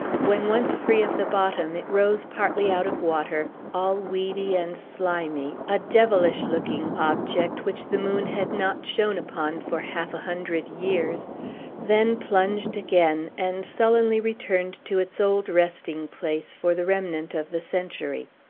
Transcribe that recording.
when once free of the bottom, it rose partly out of water all weedy and slimy, a devilish-looking object, which the moon had not shone upon for half a hundred years then plunged again, and sullenly returned to its old resting-place, for the remnant of the century.